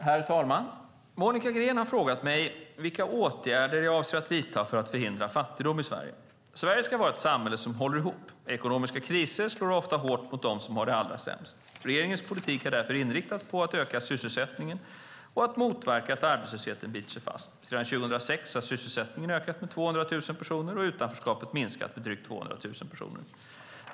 Herr talman! Monica Green har frågat mig vilka åtgärder jag avser att vidta för att förhindra fattigdom i Sverige. Sverige ska vara ett samhälle som håller ihop. Ekonomiska kriser slår ofta hårt mot dem som har det allra sämst. Regeringens politik har därför inriktats på att öka sysselsättningen och motverka att arbetslösheten biter sig fast. Sedan 2006 har sysselsättningen ökat med 200 000 personer, och utanförskapet har minskat med drygt 200 000 personer.